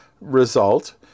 result